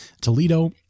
Toledo